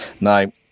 Now